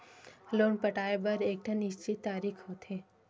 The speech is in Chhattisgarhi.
लोन पटाए बर एकठन निस्चित तारीख होथे